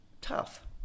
Tough